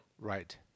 Right